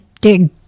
dig